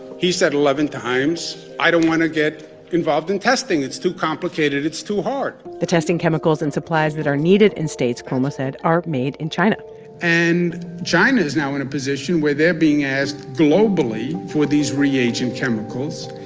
he said eleven times, i don't want to get involved in testing. it's too complicated. it's too hard the testing chemicals and supplies that are needed in states, cuomo said, are made in china and china is now in a position where they're being asked globally for these reagent chemicals,